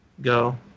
Go